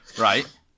Right